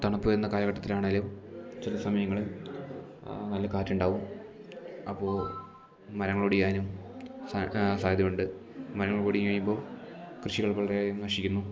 തണുപ്പ് വരുന്ന കാലഘട്ടത്തിലാണങ്കിലും ചില സമയങ്ങളിൽ നല്ല കാറ്റുണ്ടാവും അപ്പോൾ മരങ്ങളൊടിയാനും സാധ്യതയുണ്ട് മരങ്ങൾ ഒടിഞ്ഞു കഴിയുമ്പോൾ കൃഷികൾ വളരെയേറെ നശിക്കുന്നു